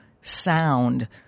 sound